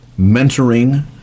mentoring